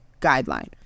guideline